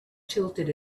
tilted